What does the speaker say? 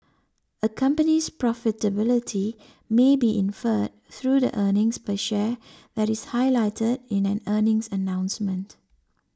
a company's profitability may be inferred through the earnings per share that is highlighted in an earnings announcement